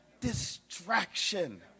distraction